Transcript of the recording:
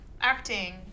Acting